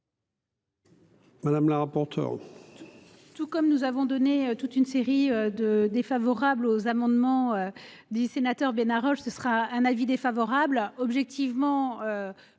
madame la rapporteure,